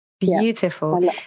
Beautiful